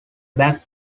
backed